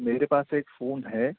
میرے پاس ایک فون ہے